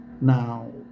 Now